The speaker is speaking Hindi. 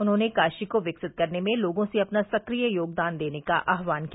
उन्होंने काशी को विकसित करने में लोगों से अपना सक्रिय योगदान देने का आहवान किया